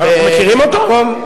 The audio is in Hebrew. אנחנו מכירים אותו?